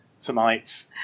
tonight